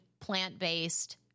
plant-based